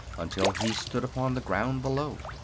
until he stood upon the ground below.